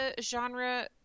genre